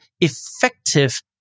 effective